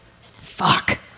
Fuck